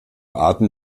arten